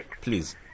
Please